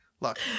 Look